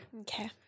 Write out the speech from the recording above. okay